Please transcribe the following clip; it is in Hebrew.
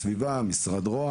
הדבר הזה מצריך דיון